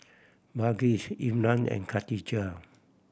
Balqis Imran and Khatijah